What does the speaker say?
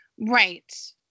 Right